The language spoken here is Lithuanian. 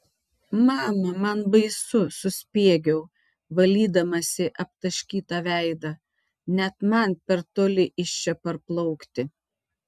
mama man baisu suspiegiau valydamasi aptaškytą veidą net man per toli iš čia parplaukti